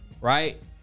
right